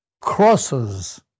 crosses